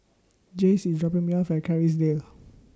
Jace IS dropping Me off At Kerrisdale